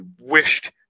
wished